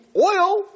oil